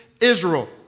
Israel